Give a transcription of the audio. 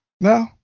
No